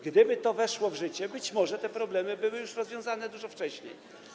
Gdyby to weszło w życie, być może te problemy byłyby już rozwiązane dużo wcześniej.